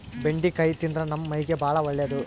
ಬೆಂಡಿಕಾಯಿ ತಿಂದ್ರ ನಮ್ಮ ಮೈಗೆ ಬಾಳ ಒಳ್ಳೆದು